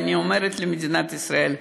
ואני אומרת למדינת ישראל: